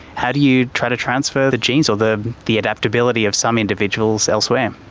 how do you try to transfer the genes or the the adaptability of some individuals elsewhere?